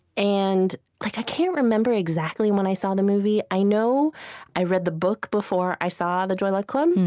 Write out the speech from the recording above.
and like i can't remember exactly when i saw the movie. i know i read the book before i saw the joy luck club,